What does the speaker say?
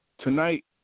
Tonight